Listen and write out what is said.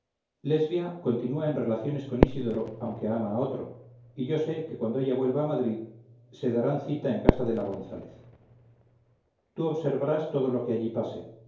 lesbia continúa en relaciones con isidoro aunque ama a otro y yo sé que cuando ella vuelva a madrid se darán cita en casa de la gonzález tú observarás todo lo que allí pase